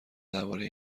درباره